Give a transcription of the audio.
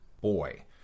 boy